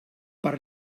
per